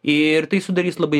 ir tai sudarys labai